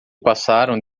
passaram